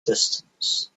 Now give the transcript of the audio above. distance